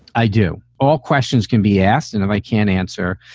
i do. all questions can be asked. and if i can't answer,